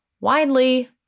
widely